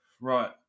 Right